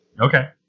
Okay